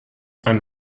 ein